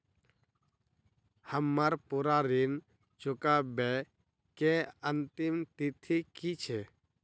हम्मर पूरा ऋण चुकाबै केँ अंतिम तिथि की छै?